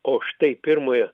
o štai pirmojo